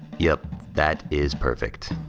yep, that is perfect.